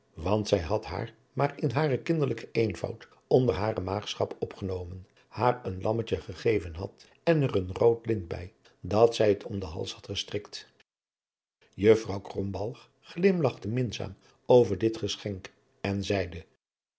want zij had haar maar in haren kinderlijken eenvoud onder hare maagschap opgenomen haar een lammetje gegeven had en er een rood lint bij dat zij het om den hals had gestrikt juffrouw krombalg grimlachte minzaam over dit geschenk en zeide